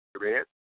Red